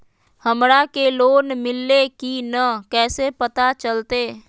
हमरा के लोन मिल्ले की न कैसे पता चलते?